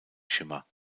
schimmer